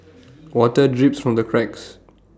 water drips from the cracks